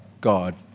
God